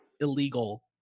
illegal